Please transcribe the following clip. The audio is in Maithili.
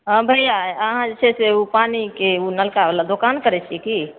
हँ भइआ अहाँ जे छै से ओ पानिके ओ नलकावला दोकान करै छिए कि